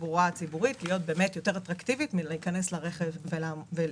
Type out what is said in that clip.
בתחבורה הציבורית להיות יותר אטרקטיבית מאשר להיכנס לרכב ולנסוע.